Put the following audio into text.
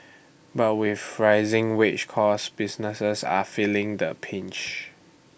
but with rising wage costs businesses are feeling the pinch